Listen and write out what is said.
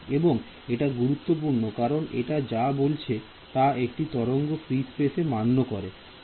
এবং এটা গুরুত্বপূর্ণ কারণ এটি যা বলছে তা একটি তরঙ্গ ফ্রি স্পেস এ মান্য করে